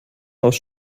aus